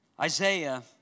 Isaiah